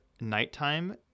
nighttime